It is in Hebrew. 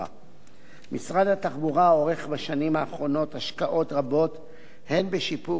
משרד התחבורה עורך בשנים האחרונות השקעות רבות הן בשיפור שירות התחבורה